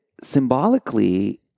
symbolically